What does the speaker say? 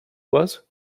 was